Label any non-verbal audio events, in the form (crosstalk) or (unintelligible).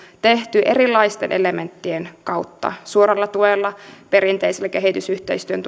tehty erilaisten elementtien kautta suoralla tuella perinteisellä kehitysyhteistyön (unintelligible)